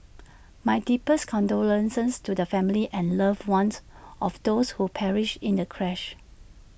my deepest condolences to the families and loved ones of those who perished in the crash